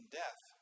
death